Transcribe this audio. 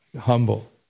humble